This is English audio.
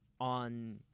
on